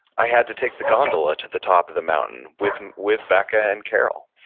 i had to take the gondola to the top of the mountain with with becca and carol,